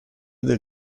del